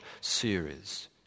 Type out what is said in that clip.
series